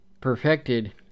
perfected